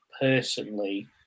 personally